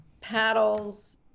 paddles